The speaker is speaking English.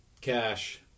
cash